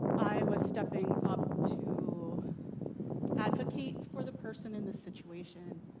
i was stepping up to advocate for the person in the situation.